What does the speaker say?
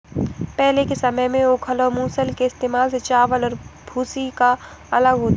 पहले के समय में ओखल और मूसल के इस्तेमाल से चावल और भूसी को अलग करते थे